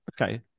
Okay